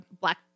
black